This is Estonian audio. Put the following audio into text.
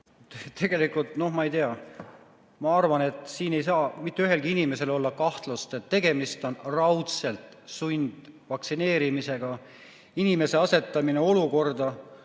Tegelikult, ma ei tea, ma arvan, et siin ei saa mitte ühelgi inimesel olla kahtlust, et tegemist on raudselt sundvaktsineerimisega – inimese asetamine olukorda,